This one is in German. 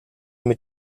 mit